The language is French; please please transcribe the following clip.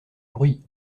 bruit